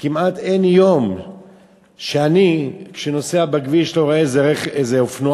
וכמעט אין יום שאני נוסע בכביש ואני לא רואה איזה אופנוען